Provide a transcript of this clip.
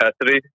capacity